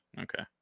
Okay